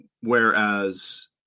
Whereas